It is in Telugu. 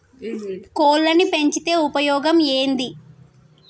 కోళ్లని పెంచితే ఉపయోగం ఏంది?